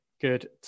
good